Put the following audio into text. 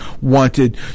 wanted